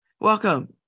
Welcome